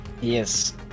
yes